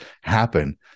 happen